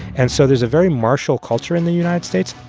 and so there's a very martial culture in the united states